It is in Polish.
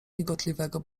migotliwego